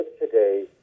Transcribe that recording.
today